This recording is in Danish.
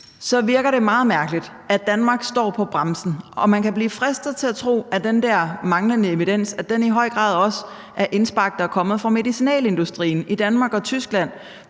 så virker det meget mærkeligt, at Danmark træder på bremsen. Man kan blive fristet til at tro, at den der manglende evidens i høj grad også er indspark, der er kommet fra medicinalindustrien i Danmark og Tyskland,